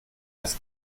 das